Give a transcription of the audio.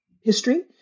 history